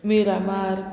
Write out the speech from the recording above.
Miramar